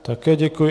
Také děkuji.